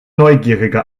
neugierige